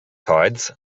tides